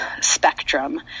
spectrum